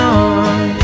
on